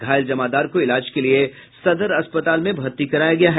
घायल जमादार को इलाज के लिए सदर अस्पताल में भर्ती कराया गया है